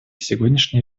сегодняшней